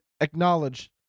acknowledge